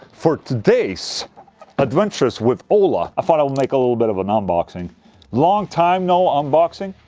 for today's adventures with ola i thought i would make a little bit of an unboxing long time no unboxing?